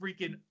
freaking